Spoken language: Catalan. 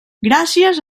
gràcies